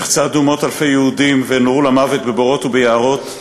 איך צעדו מאות אלפי יהודים ונורו למוות בבורות וביערות,